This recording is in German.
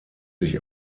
sich